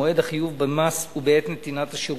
מועד החיוב במס הוא בעת נתינת השירות.